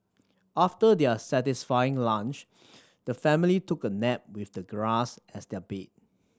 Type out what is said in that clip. after their satisfying lunch the family took a nap with the grass as their bed